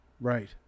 right